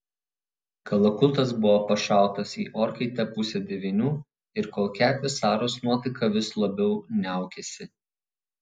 kalakutas buvo pašautas į orkaitę pusę devynių ir kol kepė saros nuotaika vis labiau niaukėsi